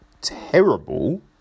terrible